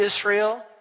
Israel